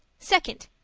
second.